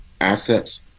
assets